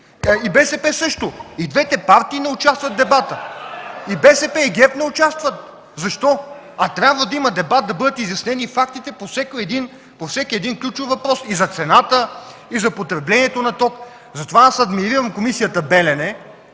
и БСП също – и двете партии не участват в дебата. (Шум и смях в КБ.) И БСП, и ГЕРБ не участват, защо? А трябва да има дебат. Да бъдат изяснени фактите по всеки един ключов въпрос – и за цената, и за потреблението на ток. Затова аз адмирирам комисията „Белене”.